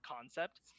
concept